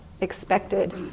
expected